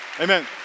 Amen